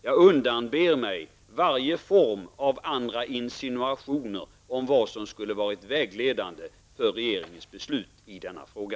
Jag undanber mig varje form av insinuationer om att annat skulle ha varit vägledande för regeringens beslut i denna fråga.